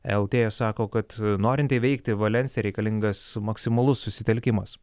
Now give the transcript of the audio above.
lt sako kad norint įveikti valensiją reikalingas maksimalus susitelkimas